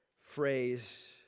phrase